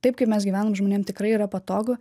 taip kaip mes gyvenam žmonėm tikrai yra patogu